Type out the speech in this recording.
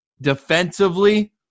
defensively